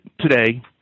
today